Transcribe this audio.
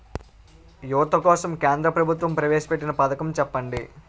యువత కోసం కేంద్ర ప్రభుత్వం ప్రవేశ పెట్టిన పథకం చెప్పండి?